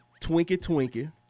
twinkie-twinkie